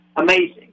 Amazing